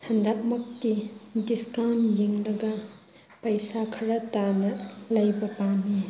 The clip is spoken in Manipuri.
ꯍꯟꯗꯛꯃꯨꯛꯇꯤ ꯗꯤꯁꯀꯥꯎꯟ ꯌꯦꯡꯂꯒ ꯄꯩꯁꯥ ꯈꯔ ꯇꯥꯅ ꯂꯩꯕ ꯄꯥꯝꯃꯤ